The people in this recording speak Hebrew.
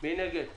התקנות אושרו.